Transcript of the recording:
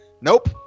Nope